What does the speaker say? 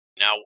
Now